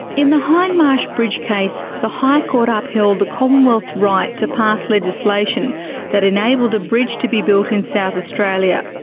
in the hindmarsh bridge case, the high court upheld the commonwealth's right to pass legislation that enabled a bridge to be built in south australia,